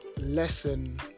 lesson